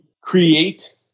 create